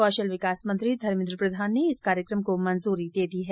कौशल विकास मंत्री धर्मेंद्र प्रधान ने इस कार्यक्रम को मंजूरी दे दी है